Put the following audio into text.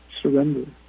surrender